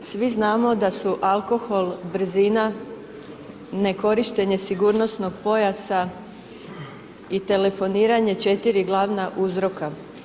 Svi znamo da su alkohol, brzina, nekorištenje sigurnosnog pojasa i telefoniranje 4 glavna uzroka.